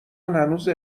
هنوز